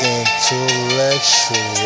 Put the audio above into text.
intellectual